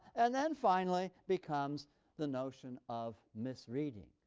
and then finally becomes the notion of misreading.